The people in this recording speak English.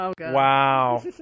Wow